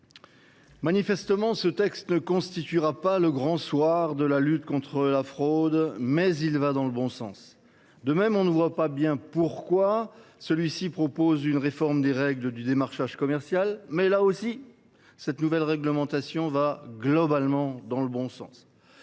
manifestement, ce texte ne sera pas le grand soir de la lutte contre la fraude, mais il va dans le bon sens. Dans le même esprit, on ne voit pas bien pourquoi l’on y a fait figurer une réforme des règles du démarchage commercial, mais, là aussi, cette nouvelle réglementation va globalement dans le bon sens.